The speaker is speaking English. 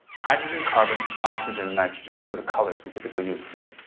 hydrogen, carbon, oxygen and nitrogen. these are the colors we typically use for them.